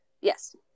yes